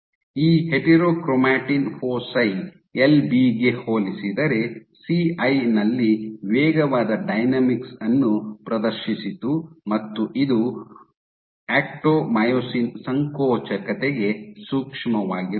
ಈ heterochromatin foci L B ಗೆ ಹೋಲಿಸಿದರೆ ಸಿಐ ನಲ್ಲಿ ವೇಗವಾದ ಡೈನಾಮಿಕ್ಸ್ ಅನ್ನು ಪ್ರದರ್ಶಿಸಿತು ಮತ್ತು ಇದು ಆಕ್ಟೊಮಿಯೊಸಿನ್ ಸಂಕೋಚಕತೆಗೆ ಸೂಕ್ಷ್ಮವಾಗಿರುತ್ತದೆ